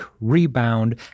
rebound